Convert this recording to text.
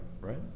right